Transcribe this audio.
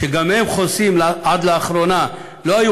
וגם הם חוסים, עד לאחרונה הם לא היו